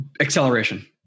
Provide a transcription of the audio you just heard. acceleration